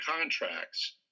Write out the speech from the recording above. contracts